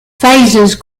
phases